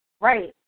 right